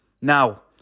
Now